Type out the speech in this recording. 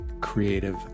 creative